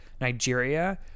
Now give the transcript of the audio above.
Nigeria